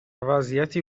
وضعیتی